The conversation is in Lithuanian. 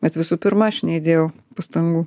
bet visų pirma aš neįdėjau pastangų